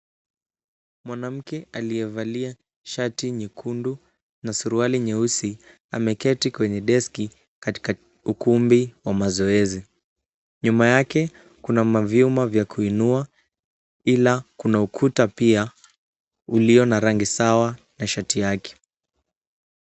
Mwanamke aliyevalia shati nyekundu na suruali nyeusi, ameketi kwenye deski katika ukumbi wa mazoezi. Nyuma yake kuna mavyuma vya kuinua ila kuna ukuta pia ulio na rangi sawa na shati yake.